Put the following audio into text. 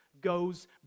goes